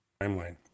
timeline